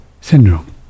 syndrome